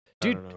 Dude